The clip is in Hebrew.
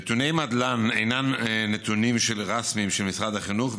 נתוני מדלן אינם נתונים רשמיים של משרד החינוך,